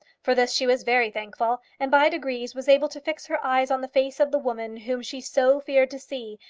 for this she was very thankful, and by degrees was able to fix her eyes on the face of the woman whom she so feared to see,